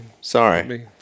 Sorry